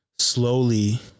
slowly